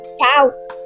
Ciao